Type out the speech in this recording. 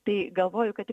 tai galvoju kad